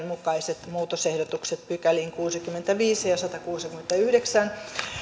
mukaiset muutosehdotukset pykäliin kuusikymmentäviisi ja satakuusikymmentäyhdeksän